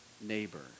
neighbor